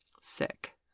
sick